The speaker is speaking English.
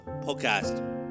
podcast